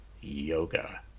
yoga